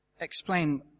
explain